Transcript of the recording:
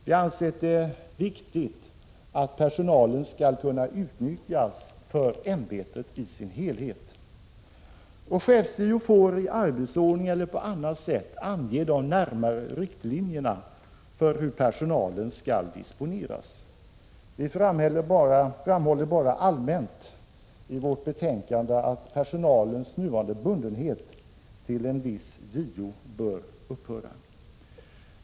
Vi har ansett det viktigt att personalen skall kunna utnyttjas för ämbetet i dess helhet. Chefs-JO får i arbetsordning eller på annat sätt ange de närmare riktlinjerna för hur personalen skall disponeras. Vi framhåller bara allmänt i vårt betänkande att personalens nuvarande bundenhet till en viss JO bör upphöra.